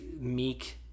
meek